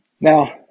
Now